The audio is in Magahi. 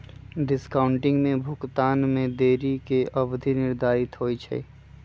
डिस्काउंटिंग में भुगतान में देरी के अवधि निर्धारित होइ छइ